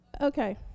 Okay